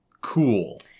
Cool